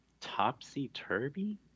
Topsy-turvy